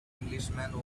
englishman